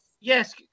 Yes